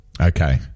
okay